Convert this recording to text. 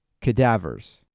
cadavers